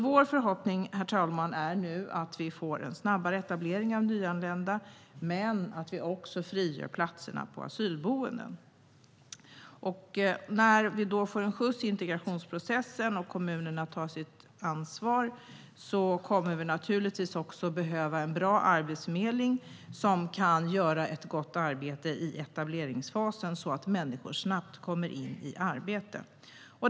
Vår förhoppning är, herr talman, att vi nu får en snabbare etablering av nyanlända och att vi därmed frigör platser på asylboendena. När vi får en skjuts i integrationsprocessen och kommunerna tar sitt ansvar kommer vi naturligtvis även att behöva en bra arbetsförmedling som kan göra ett gott arbete i etableringsfasen så att människor snabbt kommer in i arbete.